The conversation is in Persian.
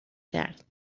کرد